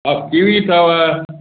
और कीवी अथव